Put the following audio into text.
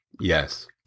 yes